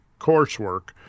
coursework—